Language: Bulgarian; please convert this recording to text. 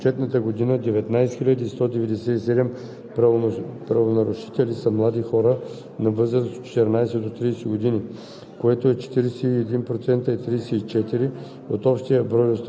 през предходни години, от които 40 749 на криминални и 5684 на икономически престъпления. През отчетната година, 19 197